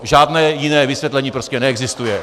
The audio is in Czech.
Žádné jiné vysvětlení prostě neexistuje.